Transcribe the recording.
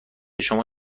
شما